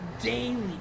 daily